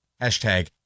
hashtag